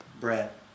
Brett